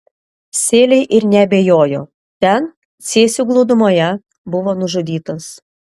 sėliai ir neabejojo ten cėsių glūdumoje buvo nužudytas